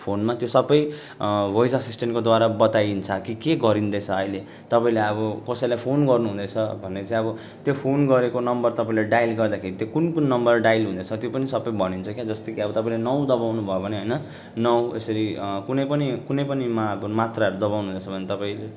फोनमा त्यो सबै भोइस असिसटेन्टकोद्वारा बताइन्छ कि के गरिँदैछ अहिले तपाईँले अब कसैलाई फोन गर्नु हुँदैछ भने चाहिँ अब त्यो फोन गरेको नम्बर तपाईँले डायल गर्दाखेरि त्यो कुन कुन नम्बर कुन कुन नम्बर डायल हुँदैछ त्यो पनि सबै भनिन्छ के जस्तै कि तपाईँले अब नौ दबाउनु भयो भने होइन नौ यसरी कुनै पनि कुनै पनि मा अब मात्राहरू दबाउनु हुँदैछ भने तपाईँले